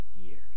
years